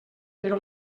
però